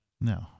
No